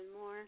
more